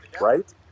right